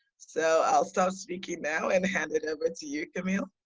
so i'll stop speaking now and hand it over to you camille.